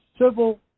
civil